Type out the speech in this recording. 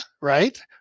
right